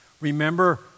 Remember